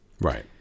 Right